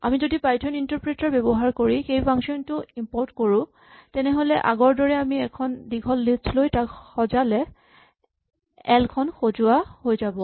আমি যদি Python interpreter ব্যৱহাৰ কৰি এই ফাংচন টো ইমপৰ্ট কৰো তেনেহ'লে আগৰ দৰে আমি এখন দীঘল লিষ্ট লৈ তাক সজালে এল খন সজোৱা হৈ যাব